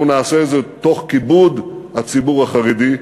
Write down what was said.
אנחנו נעשה את זה תוך כיבוד הציבור החרדי,